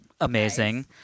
amazing